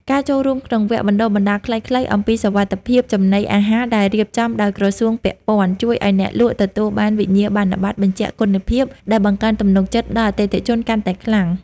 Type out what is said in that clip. ការចូលរួមក្នុងវគ្គបណ្ដុះបណ្ដាលខ្លីៗអំពីសុវត្ថិភាពចំណីអាហារដែលរៀបចំដោយក្រសួងពាក់ព័ន្ធ ជួយឱ្យអ្នកលក់ទទួលបានវិញ្ញាបនបត្របញ្ជាក់គុណភាពដែលបង្កើនទំនុកចិត្តដល់អតិថិជនកាន់តែខ្លាំង។